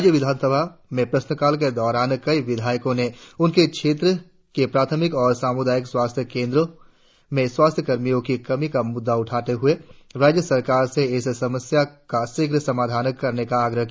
राज्य विधानसभा में प्रश्नकाल के दौरान कई विधायकों ने उनके क्षेत्रों के प्राथमिक और सामुदायिक स्वास्थ्य केंद्रों में स्वास्थ्य कर्मियों की कम का मुद्दा उठाते हुए राज्य सरकार से इस समस्या का शीघ्र समाधान करने का आग्रह किया